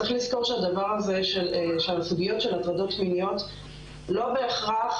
צריך לזכור שהדבר הזה של הסוגיות של הטרדות מיניות לא בהכרח